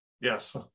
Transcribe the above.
Yes